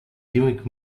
giving